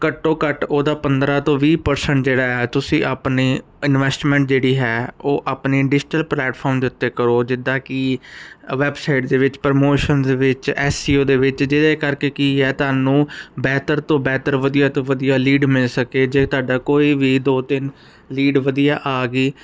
ਘੱਟੋ ਘੱਟ ਉਹਦਾ ਪੰਦਰ੍ਹਾਂ ਤੋਂ ਵੀਹ ਪ੍ਰਸੈਂਟ ਜਿਹੜਾ ਹੈ ਤੁਸੀਂ ਆਪਣੇ ਇਨਵੈਸਟਮੈਂਟ ਜਿਹੜੀ ਹੈ ਉਹ ਆਪਣੇ ਡਿਜੀਟਲ ਪਲੈਟਫਾਰਮ ਦੇ ਉੱਤੇ ਕਰੋ ਜਿੱਦਾਂ ਕਿ ਵੈੱਬਸਾਈਟ ਦੇ ਵਿੱਚ ਪ੍ਰਮੋਸ਼ਨਸ ਵਿੱਚ ਐਸਸੀਓ ਦੇ ਵਿੱਚ ਜਿਹਦੇ ਕਰਕੇ ਕੀ ਹੈ ਤੁਹਾਨੂੰ ਬਿਹਤਰ ਤੋਂ ਬਿਹਤਰ ਵਧੀਆ ਤੋਂ ਵਧੀਆ ਲੀਡ ਮਿਲ ਸਕੇ ਜੇ ਤੁਹਾਡਾ ਕੋਈ ਵੀ ਦੋ ਤਿੰਨ ਲੀਡ ਵਧੀਆ ਆ ਗਈ